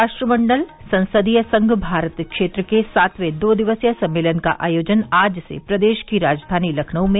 राष्ट्रमंडल संसदीय संघ भारत क्षेत्र के सातवें दो दिवसीय सम्मेलन का आयोजन आज से प्रदेश की राजधानी लखनऊ में